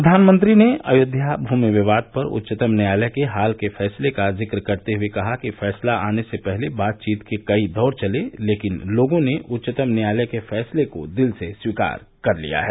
प्रधानमंत्री ने अयोध्या भूमि विवाद पर उच्चतम न्यायालय के हाल के फैसले का जिक्र करते हुए कहा कि फैसला आने से पहले बातचीत के कई दौर चले लेकिन लोगों ने उच्चतम न्यायालय के फैसले को दिल से स्वीकार किया है